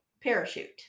parachute